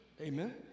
Amen